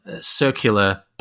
circular